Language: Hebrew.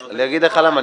אני אגיד לך למה,